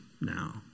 now